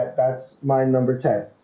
that's my number ten